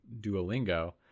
Duolingo